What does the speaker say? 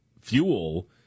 fuel